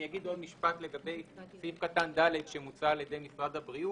אני אגיד עוד משפט לגבי סעיף קטן ד' שמוצע על-ידי משרד הבריאות.